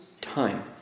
time